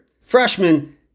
freshman